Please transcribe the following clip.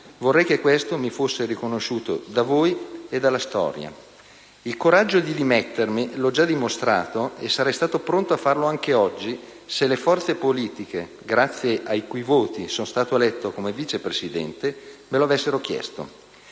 Vorrei che questo mi fosse riconosciuto da voi e dalla storia. Il coraggio di dimettermi l'ho già dimostrato e sarei stato pronto a farlo anche oggi, se le forze politiche grazie ai cui voti sono stato eletto come Vice Presidente me lo avessero chiesto.